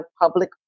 public